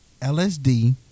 LSD